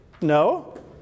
no